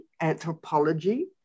anthropology